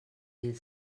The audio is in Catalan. mil